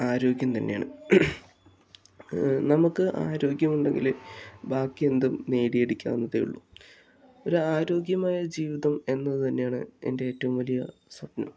ആരോഗ്യം തന്നെയാണ് നമുക്ക് ആരോഗ്യം ഉണ്ടെങ്കില് ബാക്കി എന്തും നേടിയെടിക്കാവുന്നതേയുള്ളൂ ഒര് ആരോഗ്യമായ ഒരു ജീവിതം എന്നത് തന്നെയാണ് എൻ്റെ ഏറ്റവും വലിയ സ്വപ്നം